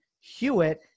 Hewitt